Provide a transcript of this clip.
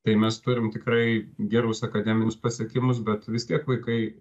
tai mes turim tikrai gerus akademinius pasiekimus bet vis tiek vaikai